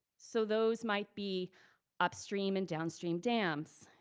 so those might be upstream and downstream dams,